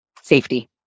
safety